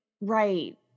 Right